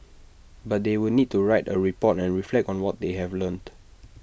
but they would need to write A report and reflect on what they have learnt